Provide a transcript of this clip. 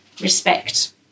respect